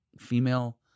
female